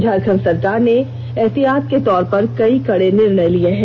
झारखण्ड सरकार ने एहतियात के तौर पे कई कड़े निर्णय लिये हैं